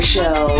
Show